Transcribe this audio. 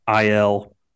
IL